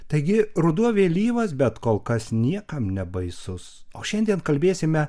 taigi ruduo vėlyvas bet kol kas niekam nebaisus o šiandien kalbėsime